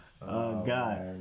God